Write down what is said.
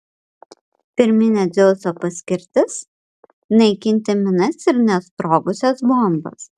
pirminė dzeuso paskirtis naikinti minas ir nesprogusias bombas